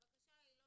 הבקשה היא לא